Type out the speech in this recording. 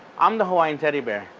i'm the hawaiian teddy bear.